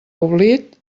oblit